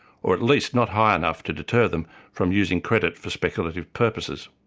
or at least not high enough to deter them from using credit for speculative purposes.